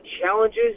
challenges